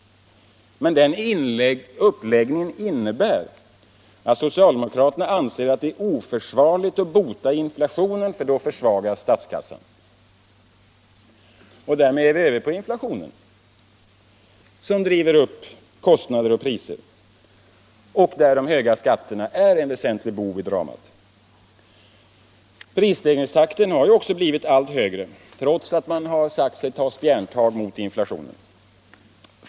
Men den uppläggningen innebär att socialdemokrater anser att det är oförsvarligt att bota inflationen för då försvagas statskassan. Därmed är vi över på inflationen, som driver upp kostnader och priser och där de höga skatterna är den väsentliga boven i dramat. Prisstegringstakten har också blivit allt högre trots att man har sagt sig ta spjärntag mot inflationen.